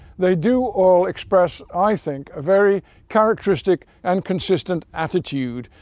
they do all express, i think, a very characteristic and consistent attitude,